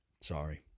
Sorry